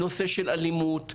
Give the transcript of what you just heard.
נושא של אלימות,